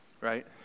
Right